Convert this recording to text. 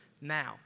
now